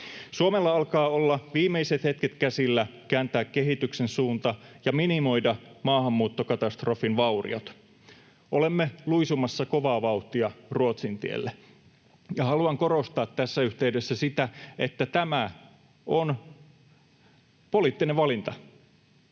Suomella alkaa olla käsillä viimeiset hetket kääntää kehityksen suunta ja minimoida maahanmuuttokatastrofin vauriot. Olemme luisumassa kovaa vauhtia Ruotsin tielle. Ja haluan korostaa tässä yhteydessä sitä, että tämä on poliittinen valinta.